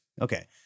okay